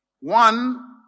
One